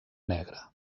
negra